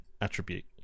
attribute